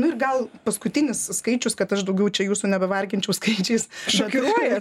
nu ir gal paskutinis skaičius kad aš daugiau čia jūsų nebevarginčiau skaičiais šokiruoja